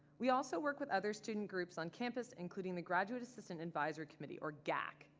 we also work with other student groups on campus including the graduate assistant advisory committee or gaac,